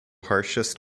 harshest